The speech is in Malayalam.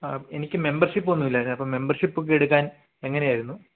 എനിക്ക് മെമ്പര്ഷിപ്പ് ഒന്നുമില്ല ഞാൻ അപ്പോൾ മെമ്പര്ഷിപ്പ് ഒക്കെ എടുക്കാന് എങ്ങനെ ആയിരുന്നു